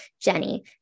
Jenny